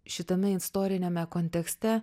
šitame istoriniame kontekste